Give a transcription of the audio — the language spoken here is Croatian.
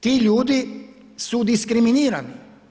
Ti ljudi su diskriminirani.